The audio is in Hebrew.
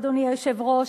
אדוני היושב-ראש,